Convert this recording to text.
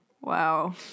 wow